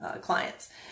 clients